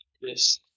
Yes